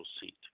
seat